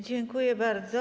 Dziękuję bardzo.